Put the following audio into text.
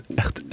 echt